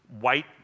white